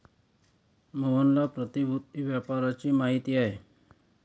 मोहनला प्रतिभूति व्यापाराची माहिती आहे